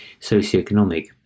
socioeconomic